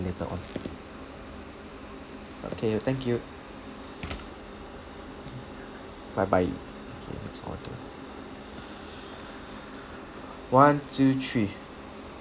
later on okay thank you bye bye okay next audio one two three